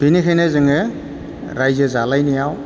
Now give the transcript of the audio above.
बेनिखायनो जोङो रायजो जालायनायाव